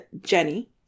Jenny